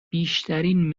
بیشترین